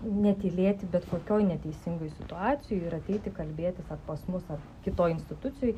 netylėti bet kokioj neteisingoj situacijoj ir ateiti kalbėtis ar pas mus ar kitoj institucijoj